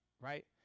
right